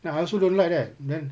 ya I also don't like that then